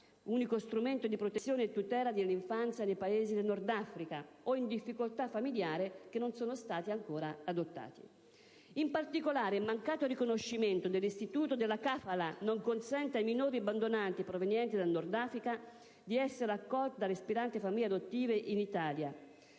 (unico strumento di protezione e tutela dell'infanzia dei Paesi del Nord Africa) o in difficoltà familiare, che non sono ancora stati adottati. In particolare, il mancato riconoscimento dell'istituto della *kafalah* non consente ai minori abbandonati provenienti dal Nord Africa di essere accolti dalle aspiranti famiglie adottive in Italia;